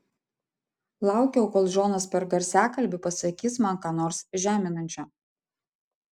laukiau kol džonas per garsiakalbį pasakys man ką nors žeminančio